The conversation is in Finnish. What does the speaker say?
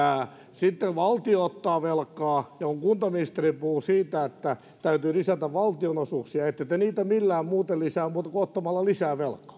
sitten valtio ottaa velkaa ja kun kuntaministeri puhuu siitä että täytyy lisätä valtionosuuksia niin ette te niitä millään muuten lisää kuin ottamalla lisää velkaa